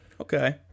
Okay